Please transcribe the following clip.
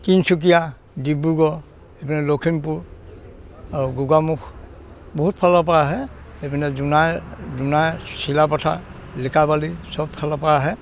তিনিচুকীয়া ডিব্ৰুগড় এইপিনে লখিমপুৰ আৰু গোগামুখ বহুত ফালৰ পৰা আহে এইপিনে জোনাই জোনাইৰ চিলাপথাৰ লিকাবালি সব ফালৰ পৰা আহে